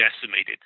decimated